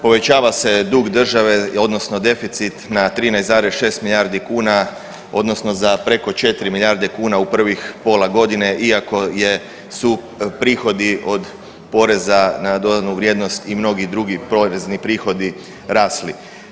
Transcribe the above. Povećava se dug države odnosno deficit na 13,6 milijardi kuna odnosno za preko 4 milijarde kuna u prvih pola godina iako je, su prihodi od poreza na dodanu vrijednost i mnogi drugi porezni prihodi rasli.